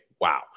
wow